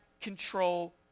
control